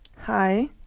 hi